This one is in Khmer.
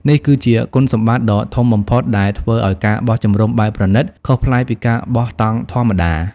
នេះគឺជាគុណសម្បត្តិដ៏ធំបំផុតដែលធ្វើឲ្យ ការបោះជំរំបែបប្រណីត ខុសប្លែកពីការបោះតង់ធម្មតា។